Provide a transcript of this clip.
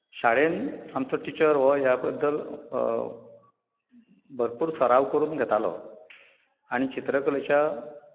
शाळेंत आमचो टिचर हो ह्या बद्दल भरपूर सराव करून घेतालो आनी चित्रकलेच्या